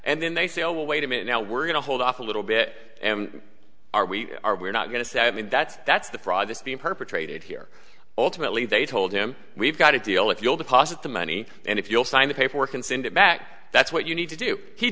and then they say oh well wait a minute now we're going to hold off a little bit and are we are we're not going to say i mean that's that's the fraud this being perpetrated here ultimately they told him we've got a deal if you'll deposit the money and if you'll sign the paperwork and send it back that's what you need to do he